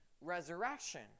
resurrection